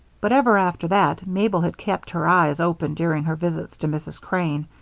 but ever after that, mabel had kept her eyes open during her visits to mrs. crane,